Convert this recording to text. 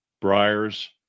briars